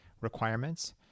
requirements